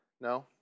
No